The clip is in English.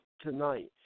tonight